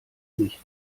sicht